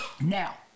now